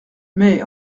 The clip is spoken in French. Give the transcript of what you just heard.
mais